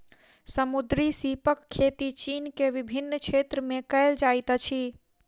समुद्री सीपक खेती चीन के विभिन्न क्षेत्र में कयल जाइत अछि